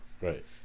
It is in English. Right